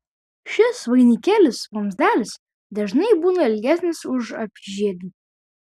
šis vainikėlis vamzdelis dažnai būna ilgesnis už apyžiedį